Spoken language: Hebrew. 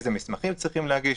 איזה מסמכים צריכים להגיש.